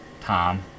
Tom